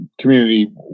community